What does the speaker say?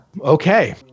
okay